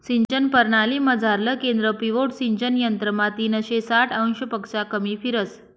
सिंचन परणालीमझारलं केंद्र पिव्होट सिंचन यंत्रमा तीनशे साठ अंशपक्शा कमी फिरस